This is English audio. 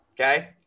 Okay